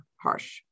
harsh